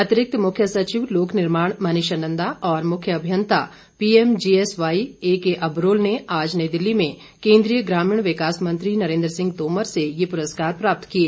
अतिरिक्त मुख्य सचिव लोक निर्माण मनीषा नंदा और मुख्य अभियंता पीएमजीएसवाई अबरोल ने आज नई दिल्ली में केन्द्रीय ग्रामीण विकास मंत्री नरेन्द्र सिंह तोमर से ये पुरस्कार प्राप्त किए